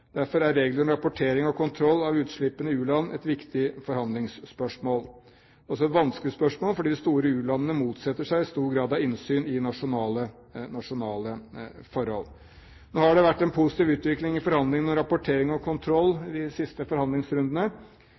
Derfor er regler om rapportering og kontroll av utslippene i u-land et viktig forhandlingsspørsmål. Det er også et vanskelig spørsmål, fordi de store u-landene motsetter seg stor grad av innsyn i nasjonale forhold. Det har vært en positiv utvikling i forhandlingene om rapportering og kontroll i de siste forhandlingsrundene.